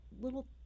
little